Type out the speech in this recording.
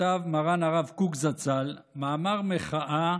כתב מרן הרב קוק זצ"ל מאמר מחאה